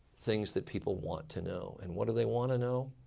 things that people want to know. and what do they want to know?